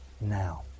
now